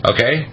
Okay